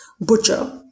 butcher